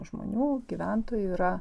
žmonių gyventojų yra